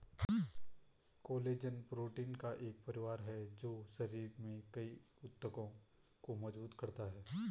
collagen protein का एक परिवार है जो शरीर में कई ऊतकों को मजबूत करता है